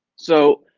so,